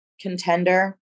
contender